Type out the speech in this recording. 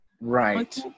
right